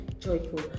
joyful